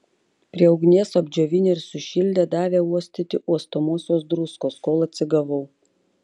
prie ugnies apdžiovinę ir sušildę davė uostyti uostomosios druskos kol atsigavau